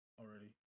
already